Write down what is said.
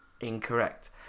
Incorrect